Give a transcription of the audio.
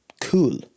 Cool